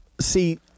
See